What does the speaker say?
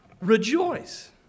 Rejoice